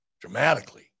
dramatically